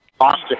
Austin